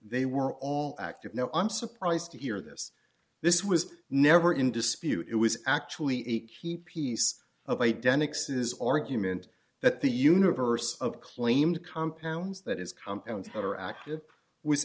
they were all active now i'm surprised to hear this this was never in dispute it was actually a key piece of identical says argument that the universe of claimed compounds that is compounds that are active w